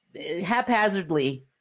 haphazardly